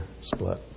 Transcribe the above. split